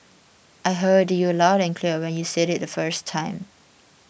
I heard you loud and clear when you said it the first time